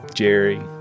Jerry